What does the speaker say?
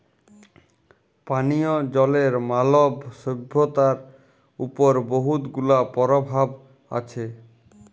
পানীয় জলের মালব সইভ্যতার উপর বহুত গুলা পরভাব আছে